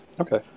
Okay